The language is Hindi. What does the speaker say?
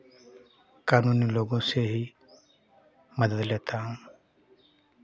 कानूनी लोगों से ही मदद लेता हूँ